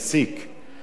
36